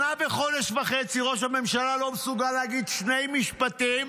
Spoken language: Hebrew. שנה וחודש וחצי ראש הממשלה לא מסוגל להגיד שני משפטים,